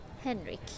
Henrik